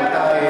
אז נצביע.